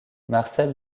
marcel